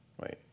Wait